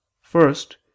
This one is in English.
First